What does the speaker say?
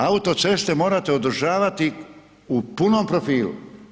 Autoceste morate održavati u punom profilu.